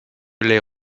laid